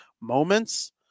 moments